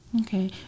Okay